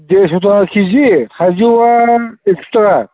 देरस' थाखा खिजि थाइजौआ एगस' थाखा